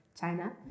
China